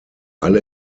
alle